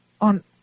on